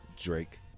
Drake